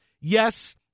Yes